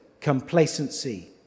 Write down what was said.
complacency